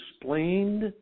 explained